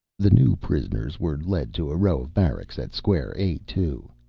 the new prisoners were led to a row of barracks at square a two.